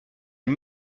une